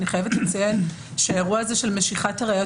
אני חייבת לציין שאירוע זה של משיכת הראיות